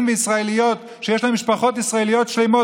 וישראליות שיש להם משפחות ישראליות שלמות,